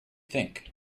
think